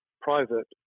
private